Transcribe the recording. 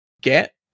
get